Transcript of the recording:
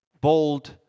bold